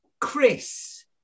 Chris